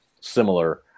similar